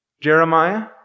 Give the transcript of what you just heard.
Jeremiah